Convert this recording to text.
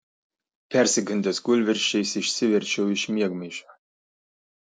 persigandęs kūlversčiais išsiverčiau iš miegmaišio